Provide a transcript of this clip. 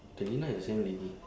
the lina is the same lady